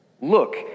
Look